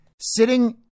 sitting